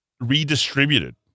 redistributed